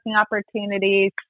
opportunities